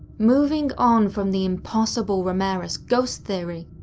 moving on from the impossible ramirez ghost theory,